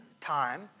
time